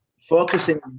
focusing